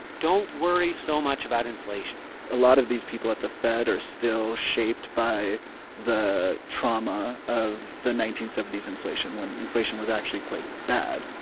don't worry so much about inflation a lot of these people at the fed are still shaped by the trauma of the nineteen seventy s inflation, when inflation was actually quite bad.